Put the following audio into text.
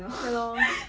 ya lor